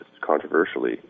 controversially